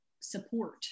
support